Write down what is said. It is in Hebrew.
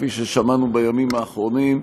כפי ששמענו בימים האחרונים.